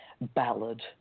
ballad